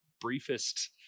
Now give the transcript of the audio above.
briefest